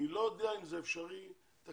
אני לא יודע אם זה אפשרי תקציבית.